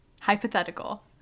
hypothetical